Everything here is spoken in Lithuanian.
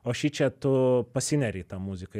o šičia tu pasineri į tą muziką